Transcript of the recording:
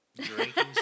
drinking